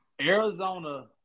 Arizona